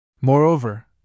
Moreover